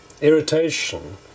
irritation